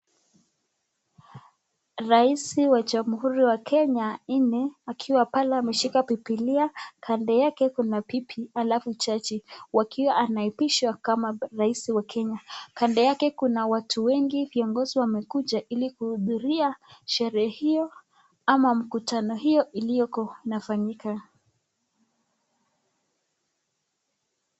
Rais wa jamuhuri ya kenya wa nne akiwa ameshika bibilia kando kuna bibi alafu jaji akiwa anapiswa kama rais wa kenya, kando yake kuna watu wengi viongizi wamekuja hili kuhudhuria sherehe hiyo ama mkutano hiyo ilioko inafanyika.